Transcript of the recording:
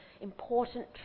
important